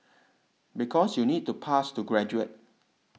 because you need to pass to graduate